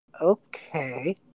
Okay